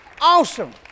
Awesome